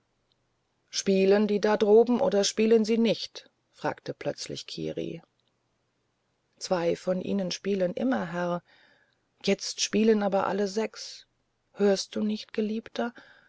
spielen die dort oben oder spielen sie nicht fragte plötzlich kiri zwei von ihnen spielten immer herr jetzt spielen aber alle sechs hörst du nicht geliebter